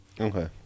Okay